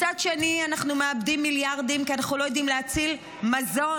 מצד שני אנחנו מאבדים מיליארדים כי אנחנו לא יודעים להציל מזון,